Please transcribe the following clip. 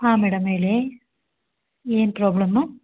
ಹಾಂ ಮೇಡಮ್ ಹೇಳಿ ಏನು ಪ್ರಾಬ್ಲಮ್ಮು